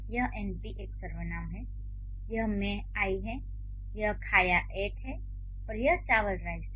यह एनपी एक सर्वनाम है यह मैं है यह खाया है और यह चावल है